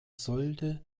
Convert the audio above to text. sollte